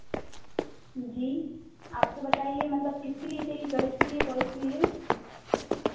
जी आपको बताइए मतलब किसके लिए चाहिए गर्ल्स के लिए बॉयज़ के लिए